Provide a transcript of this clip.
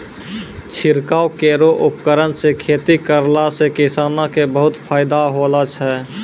छिड़काव केरो उपकरण सँ खेती करला सें किसानो क बहुत फायदा होलो छै